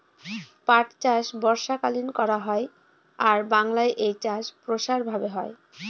পাট চাষ বর্ষাকালীন করা হয় আর বাংলায় এই চাষ প্রসার ভাবে হয়